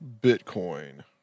Bitcoin